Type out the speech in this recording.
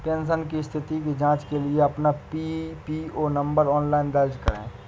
pension की स्थिति की जांच के लिए अपना पीपीओ नंबर ऑनलाइन दर्ज करें